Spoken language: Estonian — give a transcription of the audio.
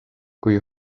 kui